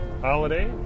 holiday